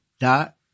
Dot